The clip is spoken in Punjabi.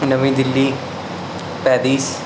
ਨਵੀਂ ਦਿੱਲੀ ਤਹਿਦੀਸ